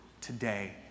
today